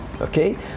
Okay